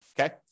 Okay